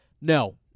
No